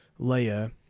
Leia